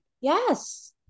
Yes